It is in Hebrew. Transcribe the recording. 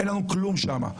אין לנו כלום שם.